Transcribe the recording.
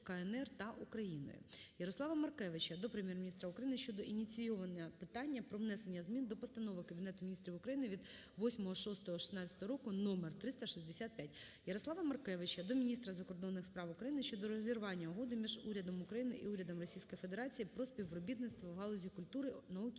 КНР та Україною. Ярослава Маркевича до Прем'єр-міністра України щодо ініціювання питання про внесення змін до Постанови Кабінету Міністрів України від 08.06.2016 року (номер 365). Ярослава Маркевича до міністра закордонних справ України щодо розірвання Угоди між урядом України і урядом Російської Федерації про співробітництво в галузі культури, науки